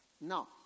Now